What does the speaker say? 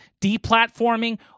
deplatforming